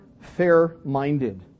fair-minded